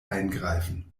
eingreifen